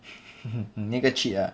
那个 cheat ah